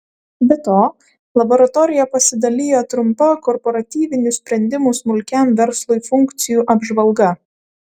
be to laboratorija pasidalijo trumpa korporatyvinių sprendimų smulkiam verslui funkcijų apžvalga